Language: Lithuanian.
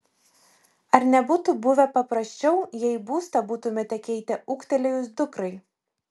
ar nebūtų buvę paprasčiau jei būstą būtumėte keitę ūgtelėjus dukrai